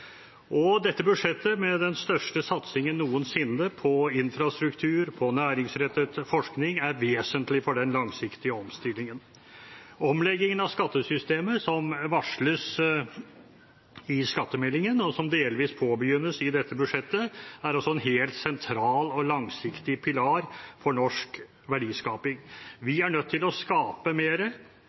Dette budsjettet – med den største satsingen noensinne på infrastruktur, på næringsrettet forskning – er vesentlig for den langsiktige omstillingen. Omleggingen av skattesystemet som varsles i skattemeldingen, og som delvis påbegynnes i dette budsjettet, er også en helt sentral og langsiktig pilar for norsk verdiskaping. Vi er nødt til å skape